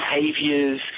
behaviors